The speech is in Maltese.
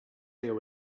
jew